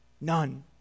None